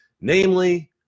namely